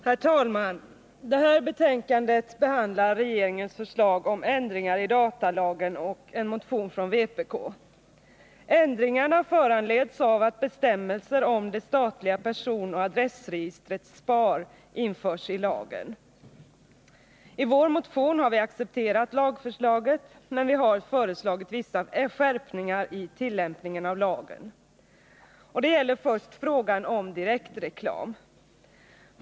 Herr talman! Det här betänkandet behandlar regeringens förslag om ändringar i datalagen och en motion från vpk. Ändringarna föranleds av att bestämmelser om det statliga personoch adressregistret, SPAR, införs i lagen. I vår motion har vi accepterat lagförslaget, men vi har föreslagit vissa skärpningar i tillämpningen av lagen. Det gäller först frågan om direktreklam.